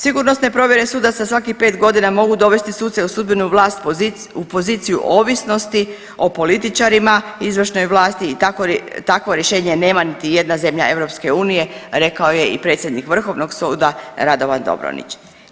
Sigurnosne provjere sudaca svakih pet godina mogu dovesti suce u sudbenu vlast u poziciju ovisnosti o političarima, izvršnoj vlasti i takvo rješenje nema niti jedna zemlja EU rekao je i predsjednik Vrhovnog suda Radovan Dobronić.